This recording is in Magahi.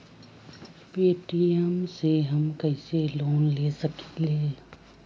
पे.टी.एम से हम कईसे लोन ले सकीले?